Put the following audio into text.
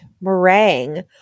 meringue